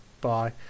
Bye